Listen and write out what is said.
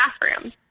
bathroom